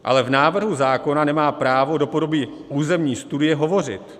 Ale v návrhu zákona nemá právo do podoby územní studie hovořit.